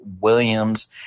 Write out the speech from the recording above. Williams